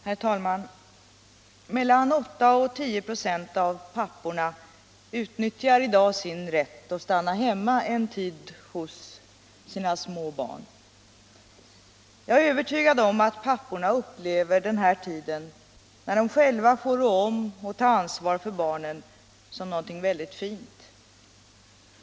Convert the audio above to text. Herr talman! Mellan 8 och 10 96 av papporna utnyttjar i dag sin rätt att stanna hemma en tid hos sina små barn. Jag är övertygad om att papporna upplever den här tiden när de själva får rå om och ta ansvar för barnen som någonting väldigt fint.